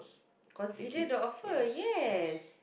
consider the offer yes